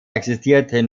existierten